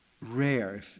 rare